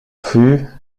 fût